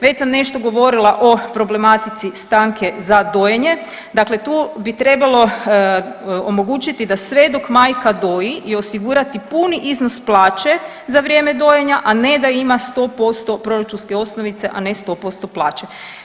Već sam nešto govorila o problematici stanke za dojenje, dakle tu bi trebalo omogućiti da sve dok majka doji i osigurati puni iznos plaće za vrijeme dojenja, a ne da ima 100% proračunske osnovice, a ne 100% plaće.